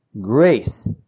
grace